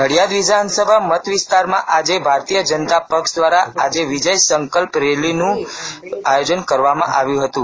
નડિયાદ વિધાનસભા મત વિસ્તારમાં ભારતીય જનતા પક્ષ દ્વારા આજે વિજય સંકલ્પ રેલીનું આયોજન કરવામાં આવ્યું હતું